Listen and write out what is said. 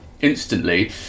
instantly